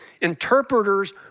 interpreters